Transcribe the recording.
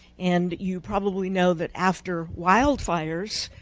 and you probably know that, after wildfires,